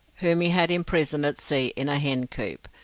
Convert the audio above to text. whom he had imprisoned at sea in a hencoop,